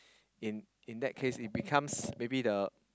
in in that case it becomes maybe the